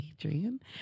Adrian